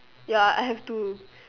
ya I I have to